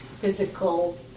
physical